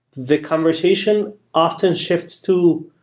the conversation often shifts to,